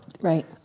Right